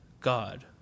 God